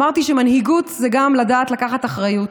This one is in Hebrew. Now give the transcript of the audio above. אמרתי שמנהיגות היא גם לדעת לקחת אחריות,